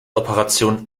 operationen